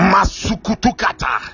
Masukutukata